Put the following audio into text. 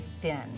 thin